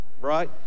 right